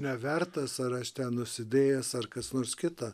nevertas ar aš ten nusidėjęs ar kas nors kita